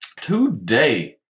Today